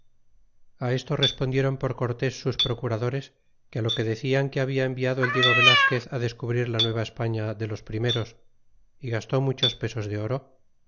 a esto respondiéron por cortés sus procuradores que lo que decian que habia enviado el diego velazquez descubrir la nueva espatia de los primeros y gastó muchos pesos de oro